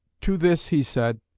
to this he said,